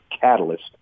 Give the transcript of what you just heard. catalyst